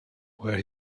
where